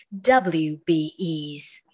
WBEs